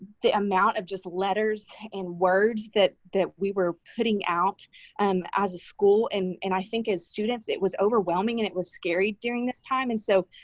the amount of just letters and words that that we were putting out and as a school. and and i think, as students, it was overwhelming and it was scary during this time. and so,